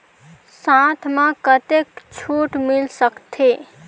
साथ म कतेक छूट मिल सकथे?